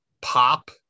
pop